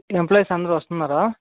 employees అందరు వస్తున్నారా